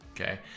Okay